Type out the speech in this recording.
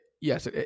yes